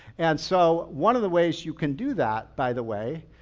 and so one of the ways you can do that, by the way,